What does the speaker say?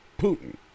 Putin